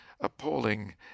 appalling